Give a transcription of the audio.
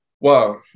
wow